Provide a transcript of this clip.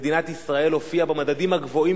שמדינת ישראל הופיעה במדדים הגבוהים